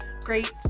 great